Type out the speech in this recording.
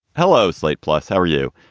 hello, slate, plus, how are you?